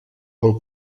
pel